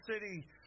city